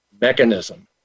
mechanism